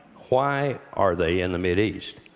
why are they in the mid-east?